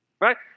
Right